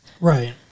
Right